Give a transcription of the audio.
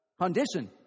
condition